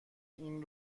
این